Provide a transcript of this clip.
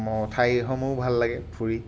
ঠাইসমূহ ভাল লাগে ঘূৰি